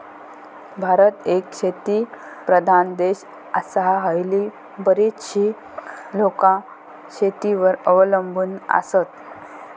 भारत एक शेतीप्रधान देश आसा, हयली बरीचशी लोकां शेतीवर अवलंबून आसत